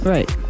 Right